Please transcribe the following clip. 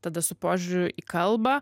tada su požiūriu į kalbą